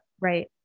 Right